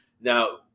now